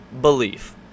belief